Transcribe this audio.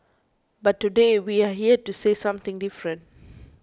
but today we're here to say something different